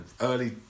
early